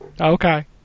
Okay